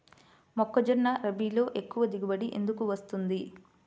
మొక్కజొన్న రబీలో ఎక్కువ దిగుబడి ఎందుకు వస్తుంది?